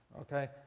Okay